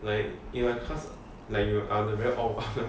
like you like cause like you are the very odd one out